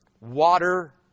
water